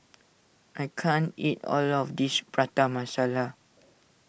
I can't eat all of this Prata Masala